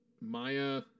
Maya